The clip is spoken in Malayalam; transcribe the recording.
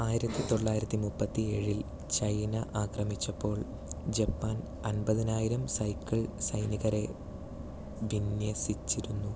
ആയിരത്തിത്തൊള്ളായിരത്തിമുപ്പത്തിയേഴിൽ ചൈന ആക്രമിച്ചപ്പോൾ ജപ്പാൻ അൻപതിനായിരം സൈക്കിൾ സൈനികരെ വിന്യസിച്ചിരുന്നു